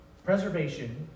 Preservation